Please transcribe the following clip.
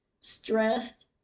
stressed